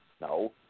No